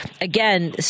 again